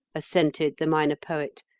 assented the minor poet,